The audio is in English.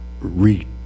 re